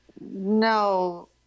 No